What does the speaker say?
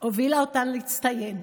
הובילה אותן להצטיין,